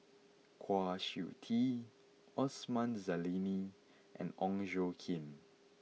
Kwa Siew Tee Osman Zailani and Ong Tjoe Kim